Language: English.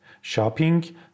Shopping